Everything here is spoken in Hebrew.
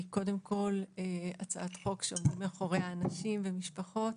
היא קודם כל הצעת חוק שעומדים מאחוריה אנשים ומשפחות,